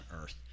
Earth